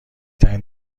ترین